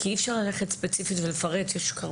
כי אי אפשר ללכת ספציפית ולפרט.